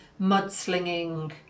mudslinging